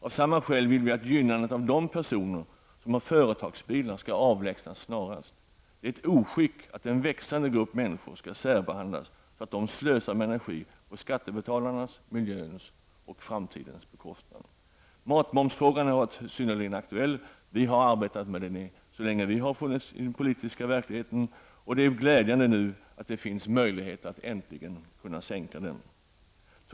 Av samma skäl vill vi att gynnandet av de personer som har företagsbilar skall avlägsnas snarast. Det är ett oskick att en växande grupp människor skall särbehandlas så att de slösar med energi på skattebetalarnas, miljöns och framtidens bekostnad. Matmomsfrågan har varit synnerligen aktuell. Vi har arbetat med den så länge vi har funnits i den politiska verkligheten. Och det är glädjande att det nu finns möjlighet att äntligen kunna sänka den.